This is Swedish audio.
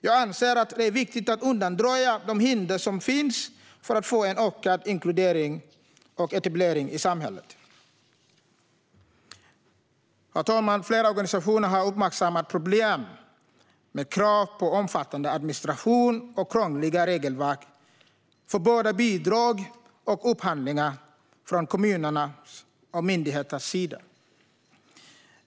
Jag anser att det är viktigt att undanröja de hinder som finns för att få en ökad inkludering och etablering i samhället. Herr talman! Flera organisationer har uppmärksammat problem med krav på omfattande administration och krångliga regelverk för både bidrag och upphandlingar från kommunernas och myndigheternas sida.